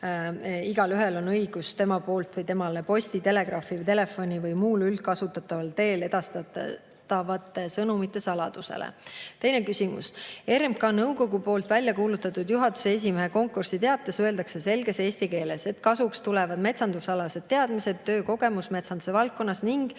igaühel on õigus tema poolt või temale posti, telegraafi, telefoni või muul üldkasutataval teel edastatavate sõnumite saladusele. Teine küsimus: "RMK nõukogu poolt välja kuulutatud juhatuse esimehe konkursiteates öeldakse selges eesti keeles, et "kasuks tulevad metsandusalased teadmised ja töökogemus metsanduse valdkonnas" ning